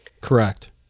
Correct